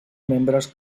membres